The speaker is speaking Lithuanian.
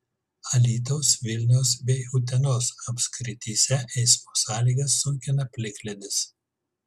alytaus vilniaus bei utenos apskrityse eismo sąlygas sunkina plikledis